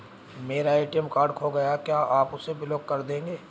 मेरा ATM card खो गया है क्या आप उसे ब्लॉक कर देंगे?